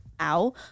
ow